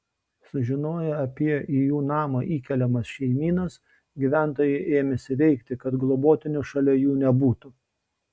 sužinoję apie į jų namą įkeliamas šeimynas gyventojai ėmėsi veikti kad globotinių šalia jų nebūtų